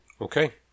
Okay